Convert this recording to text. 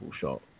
shot